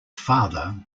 father